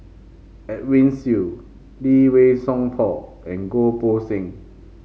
Edwin Siew Lee Wei Song Paul and Goh Poh Seng